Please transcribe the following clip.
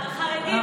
לחרדים,